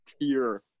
tier